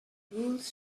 rules